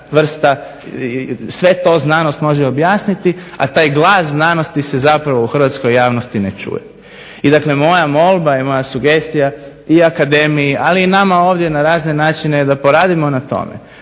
sve to znanost može objasniti a taj glas znanosti se u hrvatskoj javnosti ne čuje. I dakle moja molba i moja sugestija i akademije i nama ovdje na razne načine da poradimo na tome,